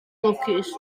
lwcus